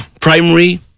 Primary